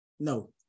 No